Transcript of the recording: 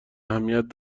اهمیت